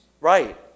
Right